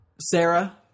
Sarah